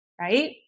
right